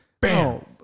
Bam